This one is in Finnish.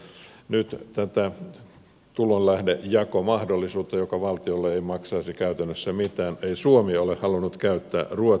nyt tätä tulonlähdejaon poistamisen mahdollisuutta joka valtiolle ei maksaisi käytännössä mitään ei suomi ole halunnut käyttää ruotsi sen sijaan on